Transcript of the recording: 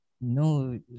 No